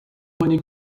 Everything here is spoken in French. rené